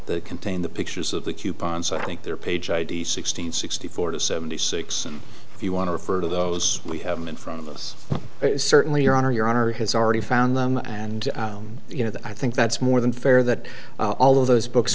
that contain the pictures of the coupon so i think their page id sixteen sixty four to seventy six and if you want to refer to those we have in front of us certainly your honor your honor has already found them and you know that i think that's more than fair that all of those books